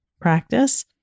practice